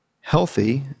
Healthy